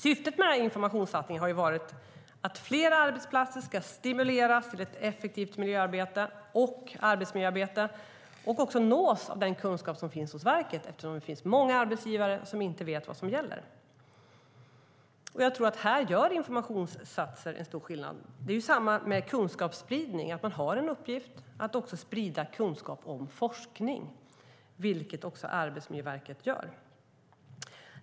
Syftet med informationssatsningen har varit att fler arbetsplatser ska stimuleras till ett effektivt miljöarbete och arbetsmiljöarbete och också nås av den kunskap som finns hos verket, eftersom det finns många arbetsgivare som inte vet vad som gäller. Jag tror att informationsinsatser gör en stor skillnad. Det är samma sak med kunskapsspridning. Man har en uppgift att sprida kunskap om forskning, vilket Arbetsmiljöverket också gör.